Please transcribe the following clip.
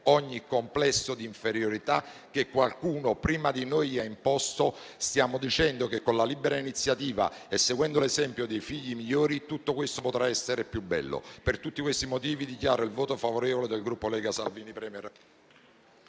ogni complesso di inferiorità che qualcuno prima di noi ha imposto. Stiamo dicendo che con la libera iniziativa, seguendo l'esempio dei figli migliori, tutto questo potrà essere più bello. Per tutti questi motivi dichiaro il voto favorevole del mio Gruppo.